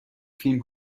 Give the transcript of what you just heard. فیلم